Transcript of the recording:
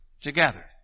together